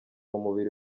umubiri